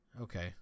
Okay